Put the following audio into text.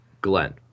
Glenn